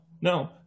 no